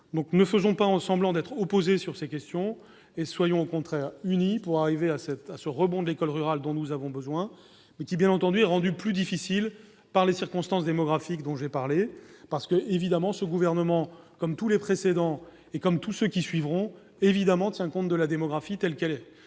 Ne faisons donc pas semblant d'être opposés sur ces questions. Soyons au contraire unis pour arriver au rebond de l'école rurale, dont nous avons besoin, mais qui est rendu plus difficile par les évolutions démographiques dont j'ai parlé. Bien évidemment, ce gouvernement, comme tous les précédents et comme tous ceux qui suivront, tient compte de la démographie. Nous